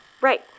Right